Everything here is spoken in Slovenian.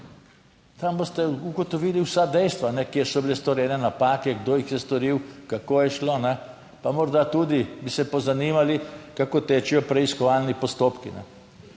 Tam boste ugotovili vsa dejstva, kjer so bile storjene napake, kdo jih je storil, kako je šlo. Pa morda tudi bi se pozanimali kako tečejo preiskovalni postopki in